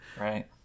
right